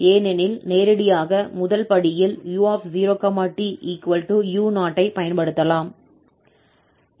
ஏனெனில் நேரடியாக முதல் படியில் 𝑢0 𝑡 𝑢0 ஐப் பயன்படுத்தலாம்